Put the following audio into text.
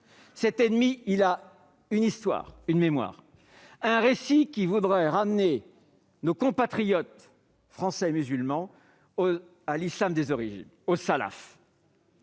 cet ennemi a une histoire, une mémoire, un récit. Il voudrait ramener nos compatriotes français musulmans à l'islam des origines, au salaf.